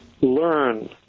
learn